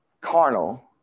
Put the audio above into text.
carnal